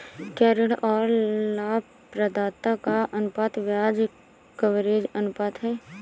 क्या ऋण और लाभप्रदाता का अनुपात ब्याज कवरेज अनुपात है?